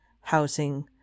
housing